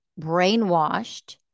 brainwashed